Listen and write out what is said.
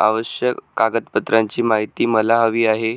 आवश्यक कागदपत्रांची माहिती मला हवी आहे